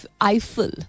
Eiffel